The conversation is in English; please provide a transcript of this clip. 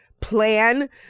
plan